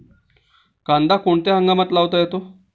कांदा कोणत्या हंगामात लावता येतो?